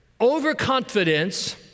Overconfidence